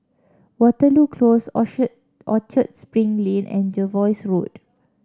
Waterloo Close Orchard Spring Lane and Jervois Road